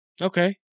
Okay